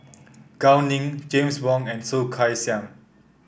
Gao Ning James Wong and Soh Kay Xiang